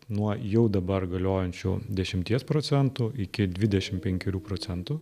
nuo jau dabar galiojančių dešimties procentų iki dvidešimt penkerių procentų